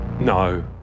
No